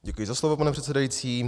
Děkuji za slovo, pane předsedající.